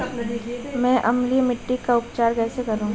मैं अम्लीय मिट्टी का उपचार कैसे करूं?